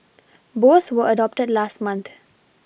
both were adopted last month